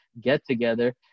get-together